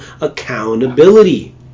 accountability